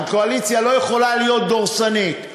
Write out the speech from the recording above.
אבל קואליציה לא יכולה להיות דורסנית.